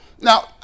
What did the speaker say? now